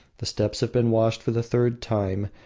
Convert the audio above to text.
the steps have been washed for the third time,